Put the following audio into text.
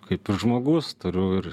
kaip ir žmogus turiu ir